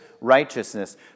righteousness